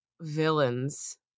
Villains